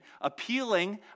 appealing